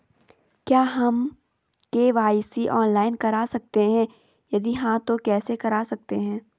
क्या हम KYC online करा सकते हैं यदि हाँ तो कैसे करा सकते हैं?